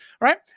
right